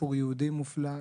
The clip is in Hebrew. סיפור יהודי מופלא,